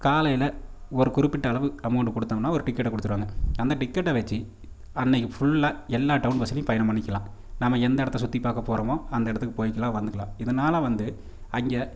காலையில் ஒரு குறிப்பிட்ட அளவு அமௌண்டு கொடுத்தோம்னா ஒரு டிக்கட்டை கொடுத்துருவாங்க அந்த டிக்கட்டை வச்சு அன்றைக்கி ஃபுல்லாக எல்லா டவுன் பஸ்லேயும் பயணம் பண்ணிக்கலாம் நம்ம எந்த இடத்த சுற்றி பார்க்கப் போகிறோமோ அந்த இடத்துக்கு போயிக்கலாம் வந்துக்கலாம் இதனால வந்து அங்கே